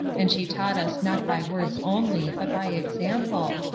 and she taught us not by words only, but by example,